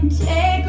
take